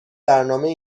برنامه